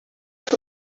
for